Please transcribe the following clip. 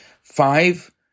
five